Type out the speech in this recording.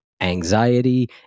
anxiety